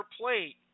plate